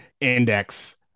index